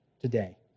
today